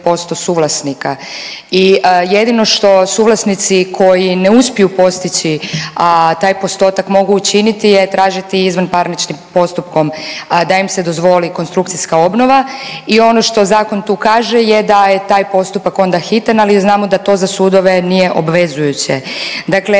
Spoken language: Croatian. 51% suvlasnika. I jedino što suvlasnici koji ne uspiju postići, a taj postotak mogu učiniti je tražiti izvanparničnim postupkom da im se dozvoli konstrukcijska obnova. I ono što zakon tu kaže je da je taj postupak onda hitan, ali znamo da to za sudove nije obvezujuće. Dakle,